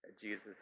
Jesus